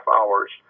hours